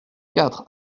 quatre